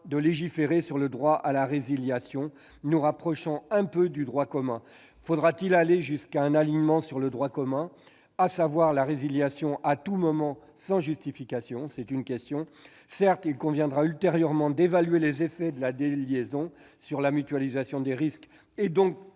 de légiférer sur le droit à la résiliation, nous rapprochant un peu plus du droit commun. Faudra-t-il aller jusqu'à un alignement sur ce dernier, à savoir la résiliation à tout moment sans justification ? Certes, il conviendra ultérieurement d'évaluer les effets de la déliaison sur la mutualisation des risques, donc